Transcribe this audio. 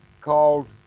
called